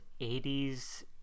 80s